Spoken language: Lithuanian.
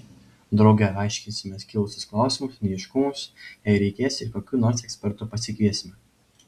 drauge aiškinsimės kilusius klausimus neaiškumus jei reikės ir kokių nors ekspertų pasikviesime